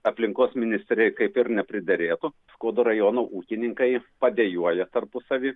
aplinkos ministeriją kaip ir nepriderėtų skuodo rajono ūkininkai padejuoja tarpusavy